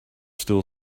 still